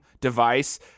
device